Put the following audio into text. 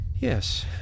Yes